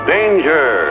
Danger